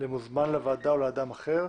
למוזמן לוועדה או לאדם אחר,